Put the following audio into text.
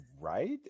Right